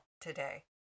today